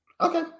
Okay